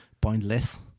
pointless